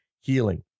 healing